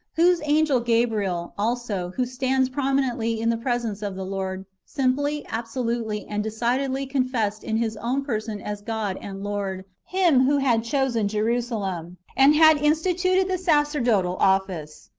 whose angel gabriel, also, who stands prominently in the presence of the lord, simply, absolutely, and decidedly confessed in his own person as god and lord, him who had chosen jerusalem, and had instituted the sacerdotal office.